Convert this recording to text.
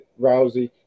Rousey